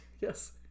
Yes